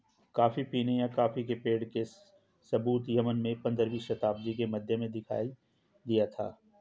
coffee पीने या coffee के पेड़ के सबूत यमन में पंद्रहवी शताब्दी के मध्य में दिखाई दिया था